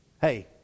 Hey